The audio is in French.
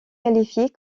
qualifiées